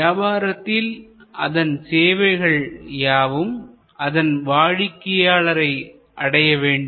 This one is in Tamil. வியாபாரத்தில் அதன் சேவைகள் யாவும் அதன் வாடிக்கையாளரை அடைய வேண்டும்